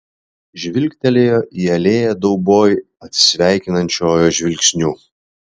žvilgtelėjo į alėją dauboj atsisveikinančiojo žvilgsniu